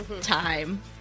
time